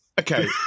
Okay